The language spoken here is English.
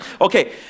Okay